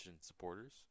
supporters